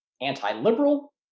anti-liberal